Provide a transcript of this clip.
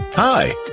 Hi